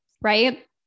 right